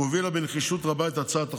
והובילה בנחישות רבה את הצעת החוק,